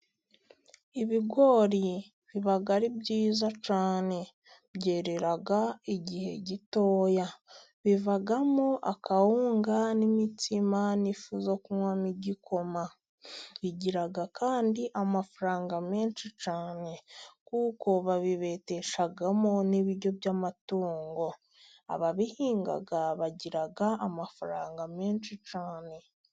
Ibigori biba ari byiza cyane, byerera igihe gitoya ,bivamo akawunga n'imitsima n'ifu yo kunywa igikoma, bigira kandi amafaranga menshi cyane, kuko babibeteshamo n'ibiryo by'amatungo ,ababihinga bagira amafaranga menshi cyane.